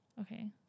Okay